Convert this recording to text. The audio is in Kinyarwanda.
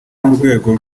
n’urwego